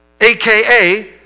AKA